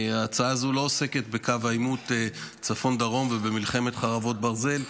ההצעה הזו לא עוסקת בקו העימות צפון-דרום ובמלחמת חרבות ברזל,